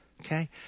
Okay